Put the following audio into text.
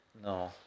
No